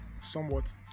somewhat